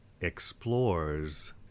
explores